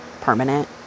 permanent